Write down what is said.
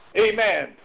Amen